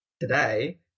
today